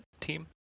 team